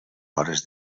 hores